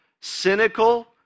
cynical